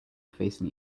facing